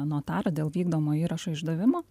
notarą dėl vykdomojo įrašo išdavimo